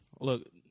Look